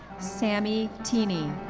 sammy teemy.